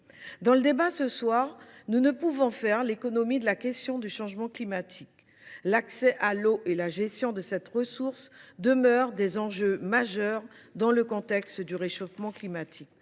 Débattant de ce sujet, nous ne saurions faire l’économie de la question du changement climatique. L’accès à l’eau et la gestion de cette ressource demeurent des enjeux majeurs dans le contexte du réchauffement climatique.